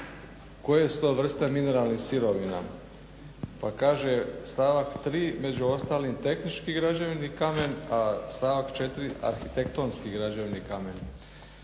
koje su to vrste mineralnih sirovina pa kaže stavak 3. među ostalim tehnički građevni kamen, a stavak 4. arhitektonski građevni kamen.